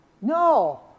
No